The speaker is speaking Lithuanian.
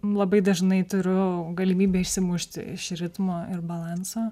labai dažnai turiu galimybę išsimušti iš ritmo ir balanso